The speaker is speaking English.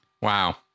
Wow